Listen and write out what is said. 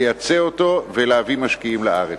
לייצא אותו ולהביא משקיעים לארץ.